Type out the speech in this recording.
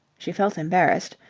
she felt embarrassed.